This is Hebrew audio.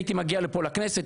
הייתי מגיע לפה לכנסת,